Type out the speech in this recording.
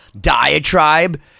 diatribe